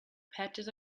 patches